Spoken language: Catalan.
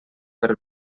per